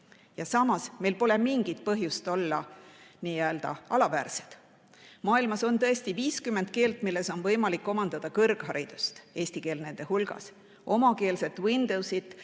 Samas meil pole mingit põhjust olla nii-öelda alaväärsed. Maailmas on tõesti 50 keelt, milles on võimalik omandada kõrgharidust, eesti keel nende hulgas. Omakeelset Windowsit